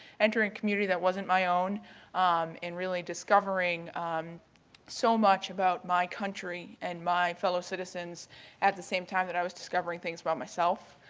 enter a and community that wasn't my own and really discovering so much about my country and my fellow citizens at the same time that i was discovering things about myself.